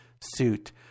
suit